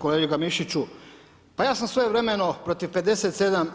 Poštovani kolega Mišiću, pa ja sam svojevremeno protiv 57